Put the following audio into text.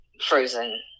frozen